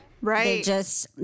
Right